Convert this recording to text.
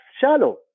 shallow